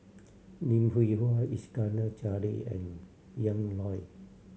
Lim Hwee Hua Iskandar Jalil and Ian Loy